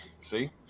See